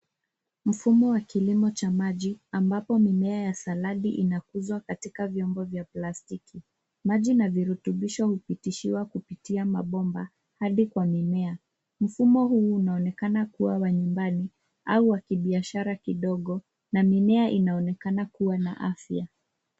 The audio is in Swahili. Mfumo wa kilimo cha maji ambapo mimea ya saladi inakuzwa katika vyombo vya plastiki. Maji na virutubisho hupitishiwa kupitia mabomba hadi kwa mimea. Mfumo huu unaonekana kuwa wa nyumbani au wa kibiashara kidogo na mimea inaonekana kuwa na afya.